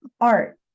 Art